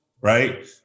Right